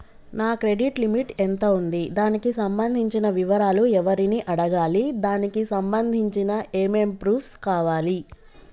నా credit limit ఎంత ఉంది? దానికి సంబంధించిన వివరాలు ఎవరిని అడగాలి? దానికి సంబంధించిన ఏమేం ప్రూఫ్స్ కావాలి?